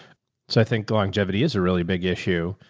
so i think longevity is a really big issue.